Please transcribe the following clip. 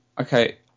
Okay